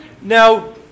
Now